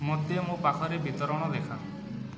ମୋତେ ମୋ ପାଖରେ ବିତରଣ ଦେଖା